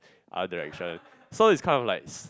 other direction so it's kind of likes